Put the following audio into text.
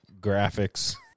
graphics